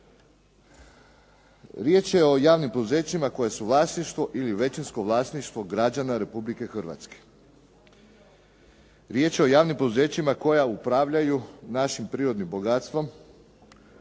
Riječ je o javnim poduzećima koja su u vlasništvu ili u većinskom vlasništvu građana Republike Hrvatske. Riječ je o javnim poduzećima koja upravljaju našim prirodnim bogatstvom,